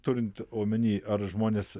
turint omeny ar žmonės